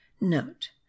Note